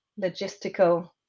logistical